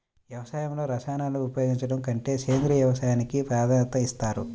వ్యవసాయంలో రసాయనాలను ఉపయోగించడం కంటే సేంద్రియ వ్యవసాయానికి ప్రాధాన్యత ఇస్తారు